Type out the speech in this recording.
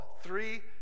three